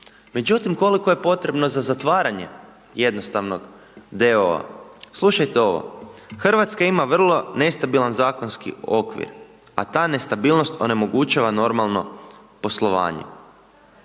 Međutim, koliko je potrebno za zatvaranja j.d.o.o. Slušajte ovo, Hrvatska ima vrlo nestabilan zakonski okvir, a ta nestabilnost onemogućava normalno poslovanje.